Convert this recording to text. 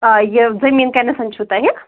آ یہِ زمیٖن کَتہِ نَس چھِوٕ تۄہہِ